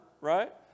right